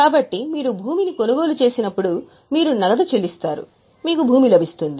కాబట్టి మీరు భూమిని కొనుగోలు చేసినప్పుడు మీరు నగదు చెల్లిస్తారు మీకు భూమి లభిస్తుంది